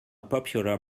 popular